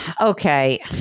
Okay